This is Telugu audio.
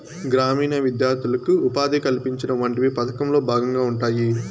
గ్రామీణ విద్యార్థులకు ఉపాధి కల్పించడం వంటివి పథకంలో భాగంగా ఉంటాయి